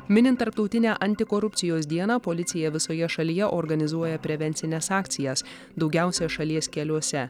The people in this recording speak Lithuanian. minint tarptautinę antikorupcijos dieną policija visoje šalyje organizuoja prevencines akcijas daugiausia šalies keliuose